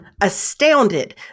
astounded